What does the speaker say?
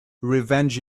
revenge